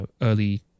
early